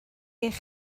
eich